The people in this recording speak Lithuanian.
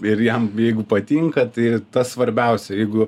ir jam jeigu patinka tai tas svarbiausia jeigu